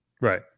Right